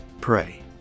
pray